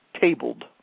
tabled